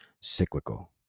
cyclical